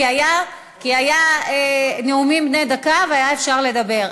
כי היו נאומים בני דקה והיה אפשר לדבר.